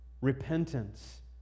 Repentance